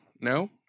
No